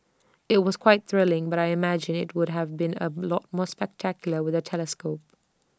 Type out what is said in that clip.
IT was quite thrilling but I imagine IT would have been A lot more spectacular with A telescope